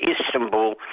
Istanbul